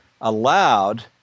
allowed